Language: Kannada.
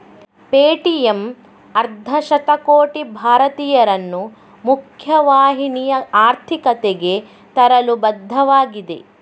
ಪೇಟಿಎಮ್ ಅರ್ಧ ಶತಕೋಟಿ ಭಾರತೀಯರನ್ನು ಮುಖ್ಯ ವಾಹಿನಿಯ ಆರ್ಥಿಕತೆಗೆ ತರಲು ಬದ್ಧವಾಗಿದೆ